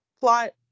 plot